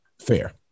Fair